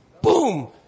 Boom